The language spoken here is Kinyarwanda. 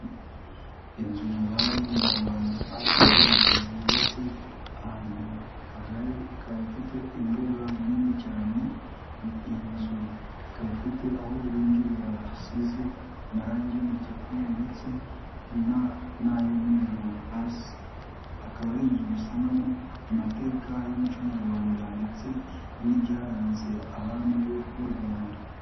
Inzu nyabami nyarwanda akaba ari inzu yubatse ahantu hagari, ikaba ifite imbuga nini cyane, iyi nzu ikaba ifite aho binjirira hasize amarangi y'umutuku ndetse n'ay'umweru, hasi akaba ari inzu dusangamo amateka y'umuco nyarwanda ndetse n'ibyaranze abami b'u Rwanda.